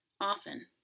Often